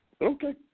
Okay